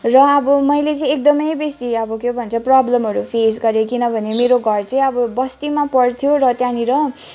र अब मैले चाहिँ एकदमै बेसी अब के पो भन्छ प्रब्लमहरू फेस गरेँ किनभने मेरो घर चाहिँ अब बस्तीमा पर्थ्यो र त्यहाँनिर